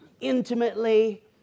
intimately